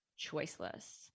choiceless